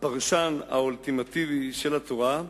הפרשן האולטימטיבי של התורה: